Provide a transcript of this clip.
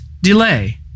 delay